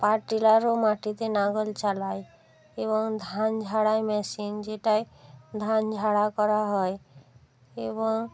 আর টেলারও মাটিতে লাঙল চালায় এবং ধান ঝাড়ায় মেশিন যেটায় ধান ঝাড়া করা হয় এবং